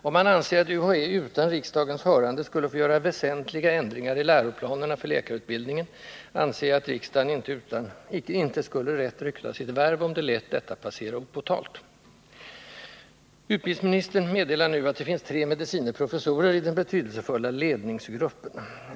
Om man anser att UHÄ utan riksdagens hörande skulle få göra väsentliga ändringar i läroplanerna för läkarutbildningen, anser jag att riksdagen icke skulle rätt rykta sitt värv om den lät detta passera opåtalat. Utbildningsministern meddelar nu, att det finns tre medicine professorer i den betydelsefulla ledningsgruppen.